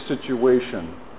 situation